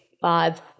five